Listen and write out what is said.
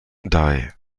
dei